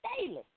daily